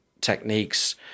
techniques